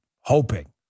hoping